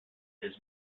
his